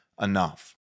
enough